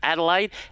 Adelaide